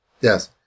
Yes